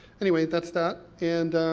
anyway, that's that, and,